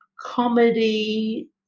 Comedy